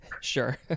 sure